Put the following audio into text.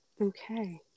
okay